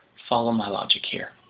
follow my logic here.